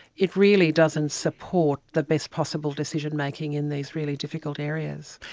it really doesn't support the best possible decision making in these really difficult areas.